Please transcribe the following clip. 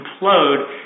implode